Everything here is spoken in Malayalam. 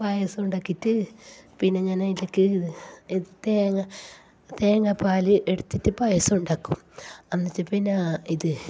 പായസം ഉണ്ടാക്കിയിട്ടു പിന്നെ ഞാൻ അതിലേക്ക് തേങ്ങ തേങ്ങ പാൽ എടുത്തിട്ടു പായസം ഉണ്ടാക്കും എന്നിട്ട് പിന്നെ ഇത്